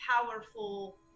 powerful